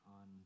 on